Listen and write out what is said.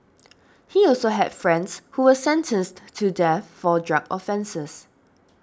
he also had friends who were sentenced to death for drug offences